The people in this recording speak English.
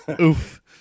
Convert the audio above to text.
Oof